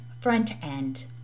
front-end